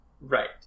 Right